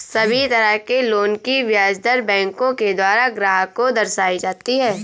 सभी तरह के लोन की ब्याज दर बैंकों के द्वारा ग्राहक को दर्शाई जाती हैं